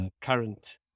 current